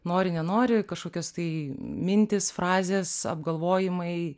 nori nenori kažkokios tai mintys frazės apgalvojimai